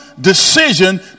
decision